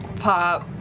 pop,